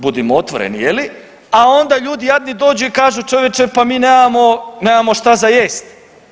Budimo otvoreni je li, a onda ljudi jadni dođu i kažu čovječe pa mi nemamo šta za jesti.